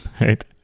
right